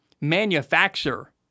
manufacture